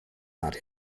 not